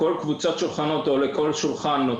מספר לכל שולחן או לכל קבוצת שולחנות.